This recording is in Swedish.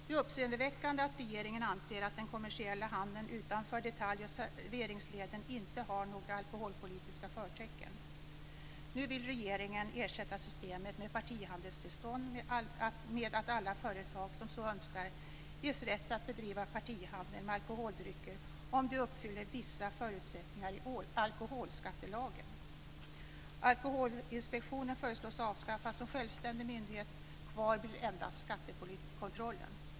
Det är uppseendeväckande att regeringen anser att den kommersiella handeln utanför detalj och serveringsleden inte har några alkoholpolitiska förtecken. Nu vill regeringen ersätta systemet med partihandelstillstånd med att alla företag som så önskar ges rätt att bedriva partihandel med alkoholdrycker om de uppfyller vissa förutsättningar i alkoholskattelagen. Alkoholinspektionen föreslås avskaffad som självständig myndighet, kvar blir endast skattekontrollen.